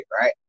right